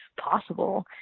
possible